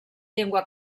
llengua